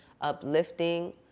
uplifting